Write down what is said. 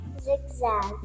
Zigzag